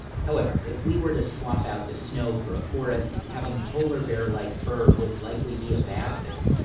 however, if we were to swap out the snow for a forest, having polar bear-like fur would likely be a bad thing.